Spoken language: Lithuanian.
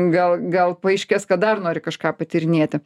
gal gal paaiškės kad dar nori kažką patyrinėti